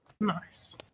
nice